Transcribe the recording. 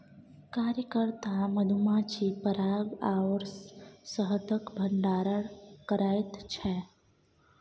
कार्यकर्ता मधुमाछी पराग आओर शहदक भंडारण करैत छै